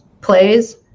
plays